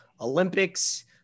Olympics